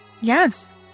yes